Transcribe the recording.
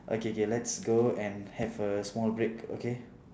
okay K let's go and have a small break okay